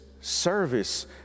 service